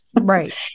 Right